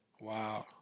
Wow